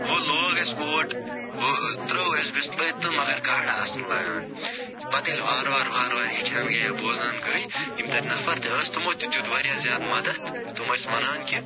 وۄنۍ لوگ اسہِ اوٹ وۄنۍ ترٛٲو اسہِ بِسلٲے تہٕ مگر گاڈٕ آسنہٕ لَگان پَتہٕ ییٚلہِ وارٕ وار وارٕ وار ہیٚچھان گٔے یا بوزان گٔے یِم تَتہِ نفر تہِ ٲسۍ تِمو تہِ دیٛت واریاہ زیادٕ مدتھ تم ٲسۍ وَنان کہِ